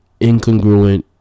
incongruent